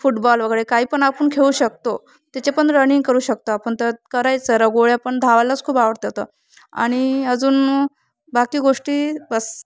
football वगैरे काही पण आपण खेळू शकतो त्याचे पण रनिंग करू शकतो आपण तर करायचं लगोऱ्या पण धावायलाच खूप आवडतं तर आणि अजून बाकी गोष्टी बस